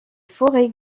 forêts